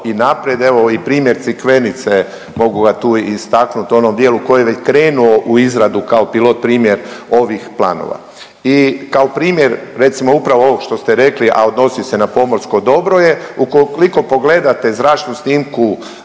i naprijed, evo i primjer Crikvenice mogu ga tu istaknut u onome dijelu koji je već krenuo u izradu kao pilot primjer ovih planova. I kao primjer recimo upravo ovog što ste rekli, a odnosi se na pomorsko dobro ukoliko pogledate zračnu snimku